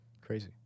Crazy